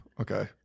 Okay